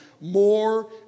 more